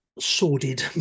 sordid